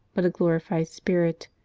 but a glorified spirit,